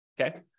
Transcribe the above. okay